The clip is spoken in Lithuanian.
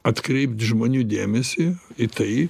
atkreipt žmonių dėmesį į tai